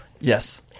Yes